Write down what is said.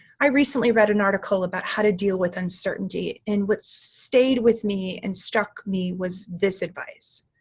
i recently read an article about how to deal with uncertainty, and what stayed with me and struck me was this advice.